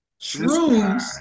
Shrooms